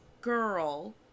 girl